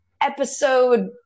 episode